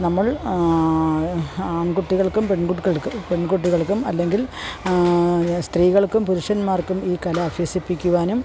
നമ്മൾ ആൺകുട്ടികൾക്കും പെൺകുട്ടികൾക്കും പെൺകുട്ടികൾക്കും അല്ലെങ്കിൽ സ്ത്രീകൾക്കും പുരുഷന്മാർക്കും ഈ കല അഭ്യസിപ്പിക്കുവാനും